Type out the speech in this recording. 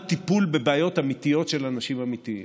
טיפול בבעיות אמיתיות של אנשים אמיתיים,